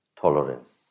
Tolerance